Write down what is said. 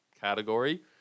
category –